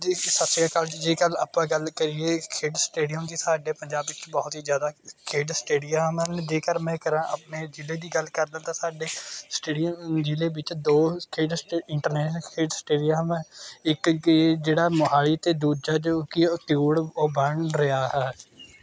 ਜੀ ਸਤਿ ਸ਼੍ਰੀ ਅਕਾਲ ਜੀ ਜੇਕਰ ਆਪਾਂ ਗੱਲ ਕਰੀਏ ਖੇਡ ਸਟੇਡੀਅਮ ਦੀ ਸਾਡੇ ਪੰਜਾਬੀ ਵਿੱਚ ਬਹੁਤ ਹੀ ਜ਼ਿਆਦਾ ਖੇਡ ਸਟੇਡੀਅਮ ਹਨ ਜੇਕਰ ਮੈਂ ਕਰਾਂ ਆਪਣੇ ਜ਼ਿਲ੍ਹੇ ਦੀ ਗੱਲ ਕਰਦਾ ਤਾਂ ਸਾਡੇ ਸਟੇਡੀਅਮ ਜ਼ਿਲ੍ਹੇ ਵਿੱਚ ਦੋ ਸਟੇਟਸ ਅਤੇ ਇੰਟਰਨੈਸ਼ਨਲ ਖੇਡ ਸਟੇਡੀਅਮ ਹਨ ਇੱਕ ਕਿ ਜਿਹੜਾ ਮੋਹਾਲੀ ਅਤੇ ਦੂਜਾ ਜੋ ਕਿ ਤਿਊਡ ਉਹ ਬਣ ਰਿਹਾ ਹੈ